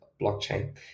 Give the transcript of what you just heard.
blockchain